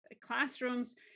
classrooms